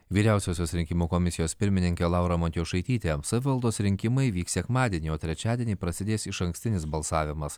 vyriausiosios rinkimų komisijos pirmininkė laura matjošaitytė savivaldos rinkimai vyks sekmadienį o trečiadienį prasidės išankstinis balsavimas